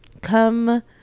come